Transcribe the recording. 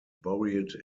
buried